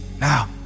Now